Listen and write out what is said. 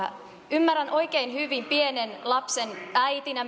ymmärrän tämän oikein hyvin myöskin pienen lapsen äitinä